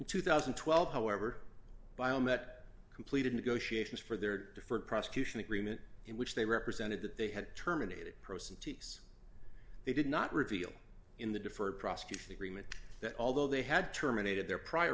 two thousand and twelve however biomet completed negotiations for their deferred prosecution agreement in which they represented that they had terminated person tese they did not reveal in the deferred prosecution agreement that although they had terminated their prior